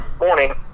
morning